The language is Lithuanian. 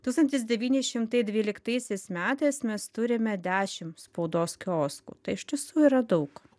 tūkstantis devyni šimtai dvyliktaisiais metais mes turime dešim spaudos kioskų tai iš tiesų yra daug